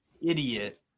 idiot